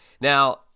Now